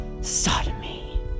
Sodomy